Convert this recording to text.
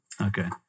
Okay